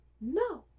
no